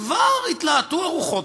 וכבר התלהטו הרוחות,